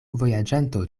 vojaĝanto